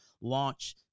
launch